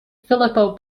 filippo